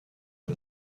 les